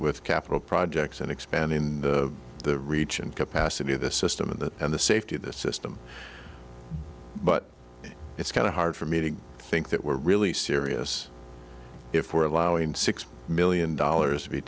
with capital projects and expand in the the reach and capacity of the system of that and the safety of the system but it's kind of hard for me to think that we're really serious if we're allowing six million dollars to be